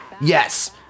Yes